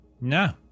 No